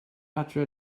adre